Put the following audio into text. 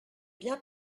bien